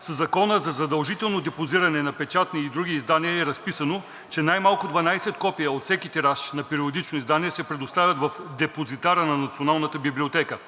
Със Закона за задължителното депозиране на печатни и други издания е разписано, че най-малко 12 копия от всеки тираж на периодично издание се предоставят в депозитаря на Националната библиотека.